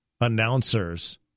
announcers